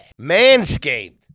Manscaped